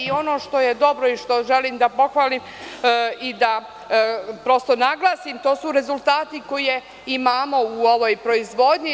Ono što je dobro i što želim da pohvalim i da prosto naglasim, to su rezultati koje imamo u ovoj proizvodnji.